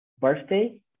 birthday